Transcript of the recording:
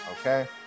Okay